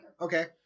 okay